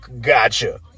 Gotcha